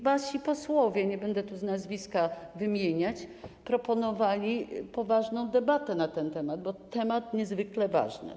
Wasi posłowie - nie będę tu z nazwiska wymieniać - proponowali poważną debatę na ten temat, bo temat jest niezwykle ważny.